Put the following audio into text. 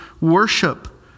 worship